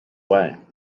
way